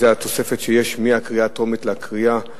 זאת התוספת שיש בין הקריאה הטרומית לקריאה